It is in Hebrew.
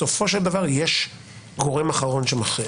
בסופו של דבר יש גורם אחרון שמכריע.